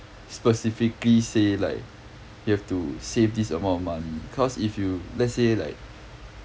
specifically say like you have to save this amount of money cause if you let's say like